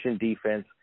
defense